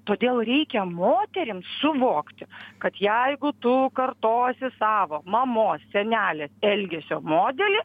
todėl reikia moterims suvokti kad jeigu tu kartosi savo mamos senelės elgesio modelį